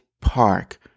Park